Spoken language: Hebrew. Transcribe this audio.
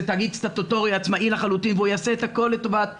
זה תאגיד סטטוטורי עצמאי לחלוטין והוא יעשה את הכול לטובת הציבור,